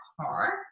car